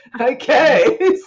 okay